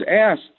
asked